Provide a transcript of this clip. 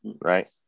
Right